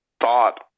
thought